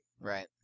Right